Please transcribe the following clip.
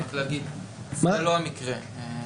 זה לא המקרה.